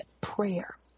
prayer